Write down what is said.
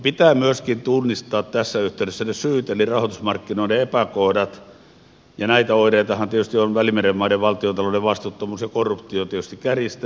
pitää myöskin tunnistaa tässä yhteydessä ne syyt eli rahoitusmarkkinoiden epäkohdat ja näitä oireitahan tietysti välimeren maiden valtiontalouden vastuuttomuus ja korruptio on tietysti kärjistänyt myöskin